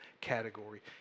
category